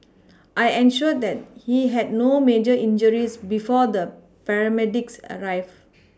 I ensured that he had no major injuries before the paramedics arrived